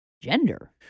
gender